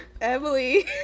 Emily